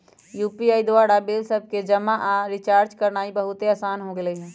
UPI द्वारा bill सभके जमा आऽ रिचार्ज करनाइ बहुते असान हो गेल हइ